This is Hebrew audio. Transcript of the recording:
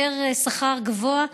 שכר יותר גבוה,